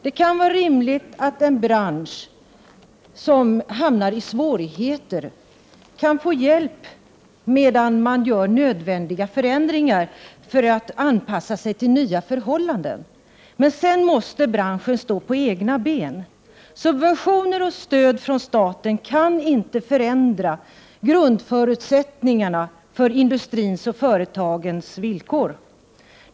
Det kan vara rimligt att en bransch som hamnar i svårigheter får hjälp medan man gör nödvändiga förändringar för att anpassa sig till nya förhållanden. Men sedan måste branschen stå på egna ben. Subventioner och stöd från staten kan inte förändra grundförutsättningarna för industrins och företagens villkor.